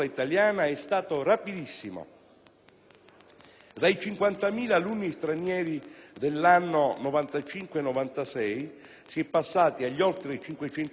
Dai 50.000 alunni stranieri dell'anno 1995-1996 si è passati agli oltre 500.000 nel 2006-2007